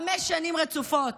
חמש שנים רצופות.